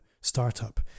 startup